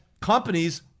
companies